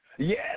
Yes